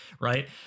right